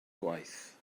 gwaith